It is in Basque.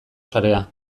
sarea